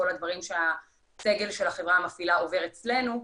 כל הדברים שהסגל של החברה המפעילה עובר אצלנו,